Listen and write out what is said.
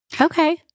Okay